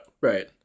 Right